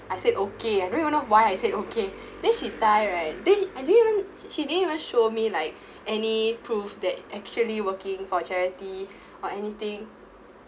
I said okay I don't even know why I said okay then she tie right then I didn't even she didn't even show me like any proof that actually working for charity or anything